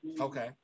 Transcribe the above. Okay